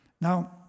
Now